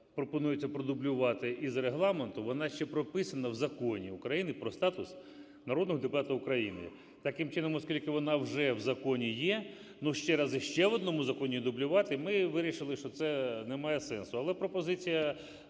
пропонується продублювати із Регламенту, вона ще прописана в Законі України "Про статус народного депутата України". Таким чином, оскільки вона вже в законі є, ще раз і ще в одному законі дублювати, – ми вирішили, що це немає сенсу. Але пропозиція